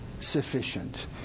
sufficient